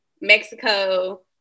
Mexico